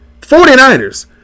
49ers